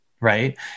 right